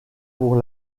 pour